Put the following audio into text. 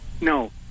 No